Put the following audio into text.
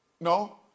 no